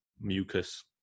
mucus